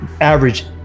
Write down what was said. average